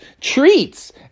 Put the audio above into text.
treats